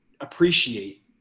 appreciate